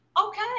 Okay